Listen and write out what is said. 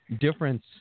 difference